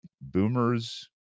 boomers